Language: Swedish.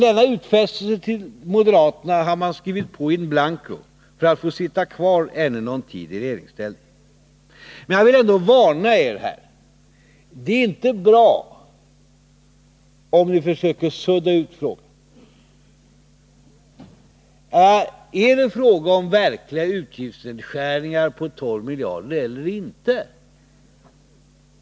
Denna utfästelse till moderaterna har man skrivit på in blanco för att få sitta kvar ännu någon tid i regeringsställning. Men jag vill trots allt varna er. Det är inte bra, om ni försöker sudda ut. Är det fråga om verkliga utgiftsnedskärningar på 12 miljarder kronor eller ej?